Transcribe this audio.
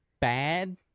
Bad